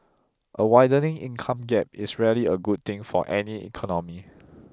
a widening income gap is rarely a good thing for any economy